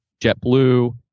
JetBlue